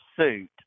suit